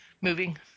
moving